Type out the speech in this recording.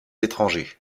étrangers